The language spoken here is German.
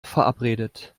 verabredet